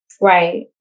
Right